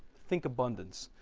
think abundance.